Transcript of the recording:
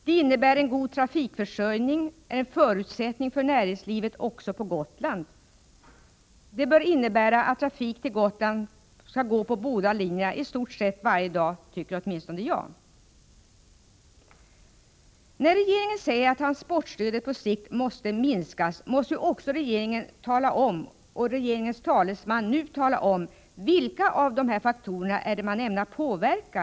Det innebär att en god trafikförsörjning är en förutsättning för näringslivet också på Gotland. Det bör, åtminstone enligt min uppfattning, innebära att trafik till Gotland skall gå på båda linjerna i stort sett varje dag. När regeringen säger att transportstödet på sikt måste minskas bör också regeringen — och i dag regeringens talesman — tala om vilka av dessa faktorer som skall påverkas.